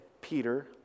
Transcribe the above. Peter